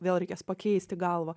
vėl reikės pakeisti galvą